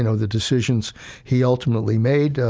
you know the decisions he ultimately made,